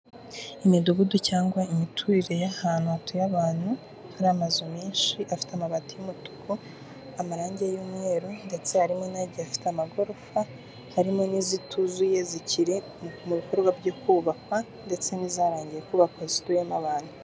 Imidugudu cyangwa imiturire y'ahantu hatuye abantu, hari amazu menshi afite amabati y'umutuku, amarangi y'umweru ndetse harimo n'agiye afite amagorofa, harimo n'izituzuye zikiri mu bikorwa byo kubakwa ndetse n'izarangiye kubakwa zituyemo abantu.